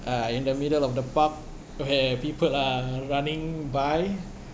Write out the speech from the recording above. uh in the middle of the park where people are running by